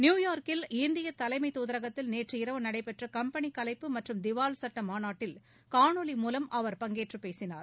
நியூயார்க்கில் இந்திய தலைமை துதரகத்தில் நேற்று இரவு நடைபெற்ற கம்பெனி கலைப்பு மற்றும் திவால் சட்ட மாநாட்டில் காணொலி மூலம் அவர் பங்கேற்று பேசினார்